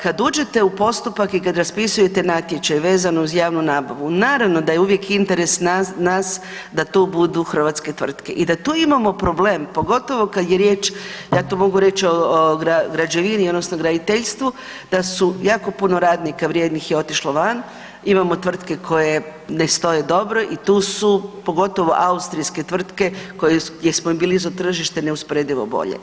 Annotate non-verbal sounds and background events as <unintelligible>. Kad uđete u postupak i kad raspisujete natječaj vezan uz javnu nabavu, naravno da je uvijek interes nas da to budu hrvatske tvrtke i da tu imamo problem, pogotovo kad je riječ, ja to mogu reć o građevini odnosno graditeljstvu, da su jako puno radnika vrijednih je otišlo van, imamo tvrtke koje ne stoje dobro i tu su pogotovo austrijske tvrtke gdje smo im bili ... <unintelligible> tržište neusporedivo bolje.